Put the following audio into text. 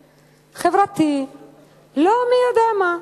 הכלכלי-חינוכי-חברתי לא מי יודע מה.